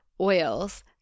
oils